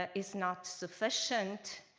ah is not sufficient.